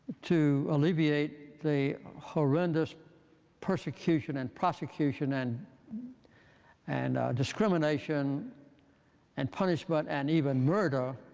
to alleviate the horrendous persecution and prosecution and and discrimination and punishment and even murder